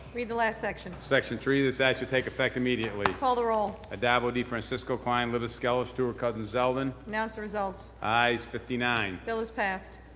read the last section. section three, this act shall take effect immediately. call the roll. addabbo, defrancisco, klein, libous, skelos, stewart-cousins, zeldin. announce the result. ayes fifty nine. the bill is passed.